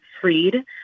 freed